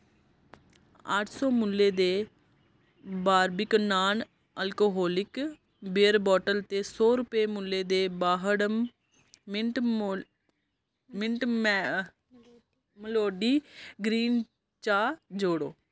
अट्ठ सौ मुल्लै दे Barbican non alcoholic beer bottle ते सौ रपेंऽ मुल्लै दे वाहडम मिंट मो मिंट मै मेलोडी ग्रीन चाह् जोड़ो